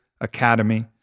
academy